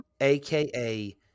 AKA